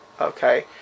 Okay